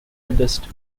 eldest